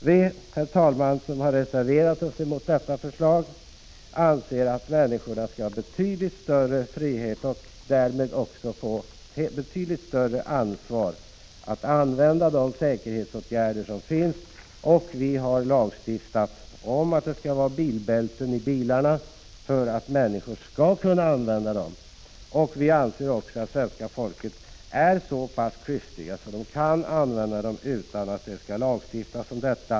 Vi som har reserverat oss mot regeringens förslag anser att människorna skall ha betydligt större frihet, och därmed ges ett betydligt större ansvar, att använda de säkerhetsåtgärder som finns. Vi har lagstiftat om att det skall vara bilbälten i bilarna för att människor skall kunna använda dem. Vi anser att svenska folket är så klyftigt att det kan använda bilbältena utan att det skall behöva lagstiftas om detta.